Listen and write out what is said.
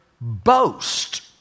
boast